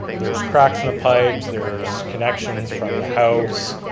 there's cracks in the pipes, there's connections from the house,